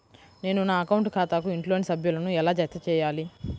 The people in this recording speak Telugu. నేను నా అకౌంట్ ఖాతాకు ఇంట్లోని సభ్యులను ఎలా జతచేయాలి?